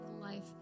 life